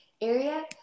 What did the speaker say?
area